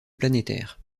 planétaire